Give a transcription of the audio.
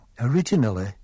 originally